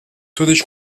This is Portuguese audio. todas